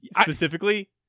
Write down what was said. specifically